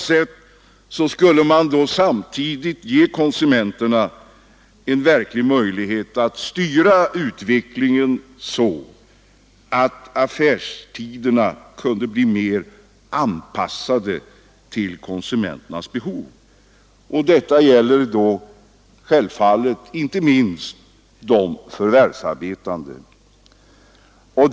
Därigenom skulle konsumenterna samtidigt få möjligheter att styra utvecklingen så att affärstiderna blev bättre anpassade till konsumenternas behov. Detta gäller självfallet inte minst de förvärvsarbetandes behov.